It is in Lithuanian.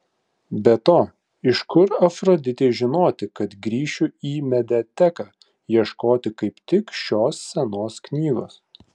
be to iš kur afroditei žinoti kad grįšiu į mediateką ieškoti kaip tik šios senos knygos